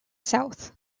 south